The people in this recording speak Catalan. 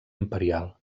imperial